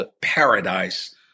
Paradise